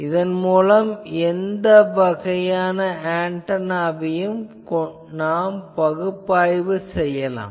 இதன் மூலம் எந்த வகையான ஆன்டெனாவையும் நாம் இதைக் கொண்டு பகுப்பாய்வு செய்யலாம்